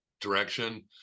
direction